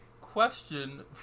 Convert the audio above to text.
Question